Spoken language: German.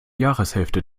jahreshälfte